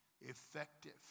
effective